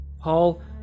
Paul